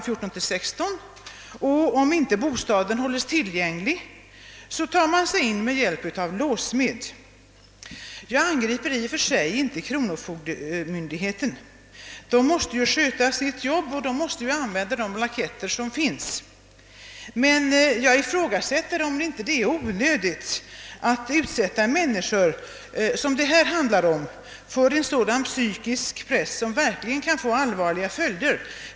14—16 och att man, om inte bostaden hålles tillgänglig, tar sig in med hjälp av låssmed. Jag angriper inte i och för sig kronofogdemyndigheten; den måste sköta sitt arbete och använda de blanketter som finns. Jag ifrågasätter däremot om det inte är onödigt att utsätta människor för en sådan psykisk press, som verkligen kan få allvarliga följder.